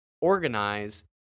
organize